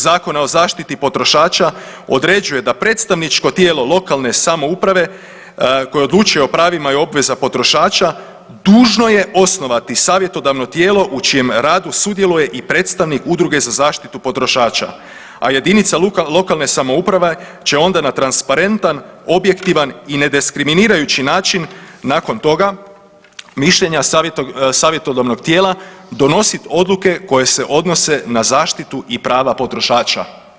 Zakona o zaštiti potrošača određuje da predstavničko tijelo lokalne samouprave koje odlučuje o pravima i obvezama potrošača dužno je osnovati savjetodavno tijelo u čijem radu sudjeluje i predstavnik udruge za zaštitu potrošača, a jedinica lokalne samouprave će onda na transparentan, objektivan i ne diskriminirajući način nakon toga mišljenja savjetodavnog tijela donosit odluke koje se odnose na zaštitu i prava potrošača.